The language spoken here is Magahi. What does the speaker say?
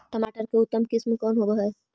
टमाटर के उतम किस्म कौन है?